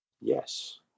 Yes